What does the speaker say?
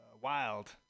Wild